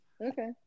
Okay